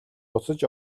буцаж